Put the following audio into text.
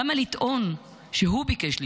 למה לטעון שהוא ביקש לדחות?